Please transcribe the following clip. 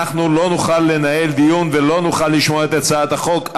אנחנו לא נוכל לנהל דיון ולא נוכל לשמוע את הצעת החוק.